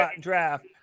draft